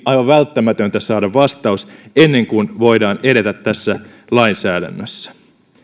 aivan välttämätöntä saada vastaus ennen kuin voidaan edetä tässä lainsäädännössä